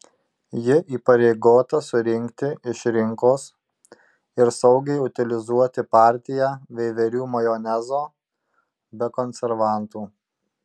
ji įpareigota surinkti iš rinkos ir saugiai utilizuoti partiją veiverių majonezo be konservantų